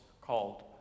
called